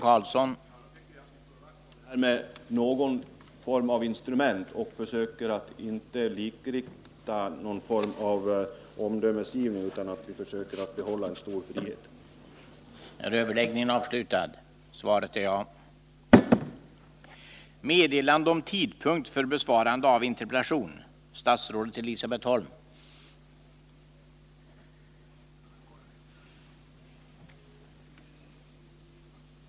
Då tycker jag vi skall slå fast ”detta med någon form av instrument” och försöka att inte likrikta omdömesgivningen utan försöka behålla en stor frihet även fortsättningsvis.